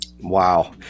Wow